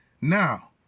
Now